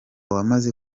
wamaze